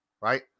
right